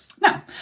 Now